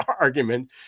argument